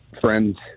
friends